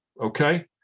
okay